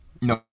No